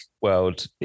world